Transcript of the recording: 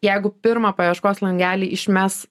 jeigu pirmą paieškos langelį išmes